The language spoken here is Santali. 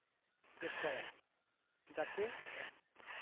ᱪᱮᱥᱴᱟᱭᱟ ᱡᱟᱛᱮ